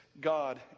God